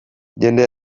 jende